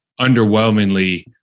underwhelmingly